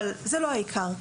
אבל זה לא העיקר.